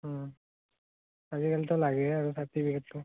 আজিকালিতো লাগেই আৰু চাৰ্টিফিকেটটো